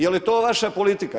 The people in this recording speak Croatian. Je li to vaša politika?